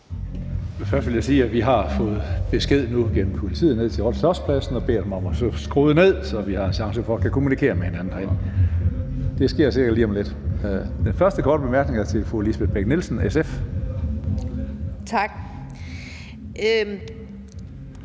Først vil jeg sige, at vi nu gennem politiet har fået en besked ned til Slotspladsen og bedt dem om at skrue ned, så vi har en chance for at kunne kommunikere med hinanden herinde. Det sker sikkert lige om lidt. Den første korte bemærkning er til fru Lisbeth Bech-Nielsen, SF. Kl.